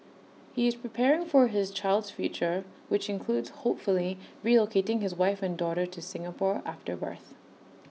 he is preparing for his child's future which includes hopefully relocating his wife and daughter to Singapore after the birth